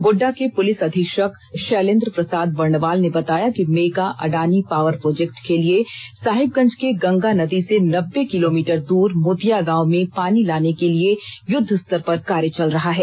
गोड़डा के पुलिस अधीक्षक शैलेंद्र प्रसाद वर्णवाल ने बताया कि मेगा अडाणी पावर प्रोजेक्ट के लिए साहेबगंज के गंगा नदी से नब्बे किलोमीटर दूर मोतिया गांव में पानी लाने के लिए युद्धस्तर पर कार्य चल रहा है